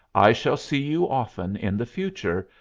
i shall see you often in the future,